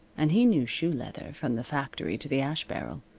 and he knew shoe leather from the factory to the ash barrel.